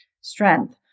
strength